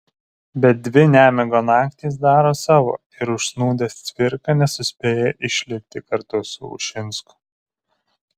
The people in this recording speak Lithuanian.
bet dvi nemigo naktys daro savo ir užsnūdęs cvirka nesuspėja išlipti kartu su ušinsku